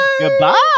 Goodbye